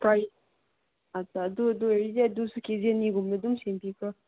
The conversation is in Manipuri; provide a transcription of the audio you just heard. ꯄ꯭ꯔꯥꯏꯁ ꯑꯁꯥ ꯑꯗꯨ ꯑꯗꯨ ꯑꯣꯏꯔꯗꯤ ꯑꯗꯨꯁꯨ ꯀꯦ ꯖꯤ ꯑꯅꯤꯒꯨꯝꯕ ꯑꯗꯨꯝ ꯁꯦꯝꯕꯤꯈ꯭ꯔꯣ